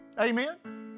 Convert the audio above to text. Amen